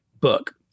book